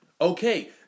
Okay